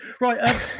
right